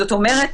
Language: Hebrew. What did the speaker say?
זאת אומרת,